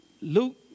Luke